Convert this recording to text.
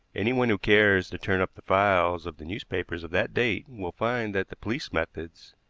anyone who cares to turn up the files of the newspapers of that date will find that the police methods,